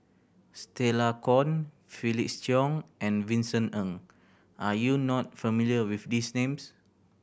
Stella Kon Felix Cheong and Vincent Ng are you not familiar with these names